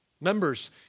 Members